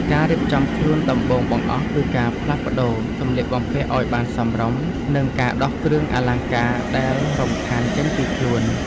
ការរៀបចំខ្លួនដំបូងបង្អស់ គឺការផ្លាស់ប្តូរសម្លៀកបំពាក់ឱ្យបានសមរម្យ និងការដោះគ្រឿងអលង្ការដែលរំខានចេញពីខ្លួន។